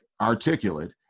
articulate